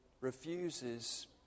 refuses